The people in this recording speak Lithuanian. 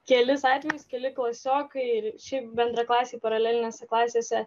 kelis atvejus keli klasiokai ir šiaip bendraklasiai paralelinėse klasėse